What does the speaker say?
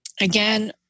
Again